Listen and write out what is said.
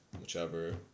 whichever